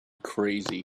crazy